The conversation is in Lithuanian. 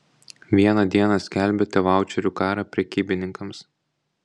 vieną dieną skelbiate vaučerių karą prekybininkams